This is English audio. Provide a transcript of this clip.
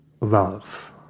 love